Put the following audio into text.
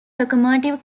locomotive